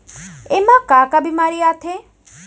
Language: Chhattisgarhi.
एमा का का बेमारी आथे?